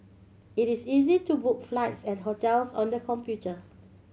it is easy to book flights and hotels on the computer